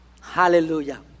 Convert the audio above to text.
Hallelujah